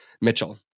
Mitchell